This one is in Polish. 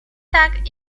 tak